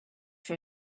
for